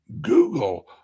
Google